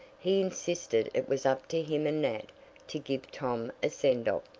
he insisted it was up to him and nat to give tom a sendoff,